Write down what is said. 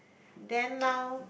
then now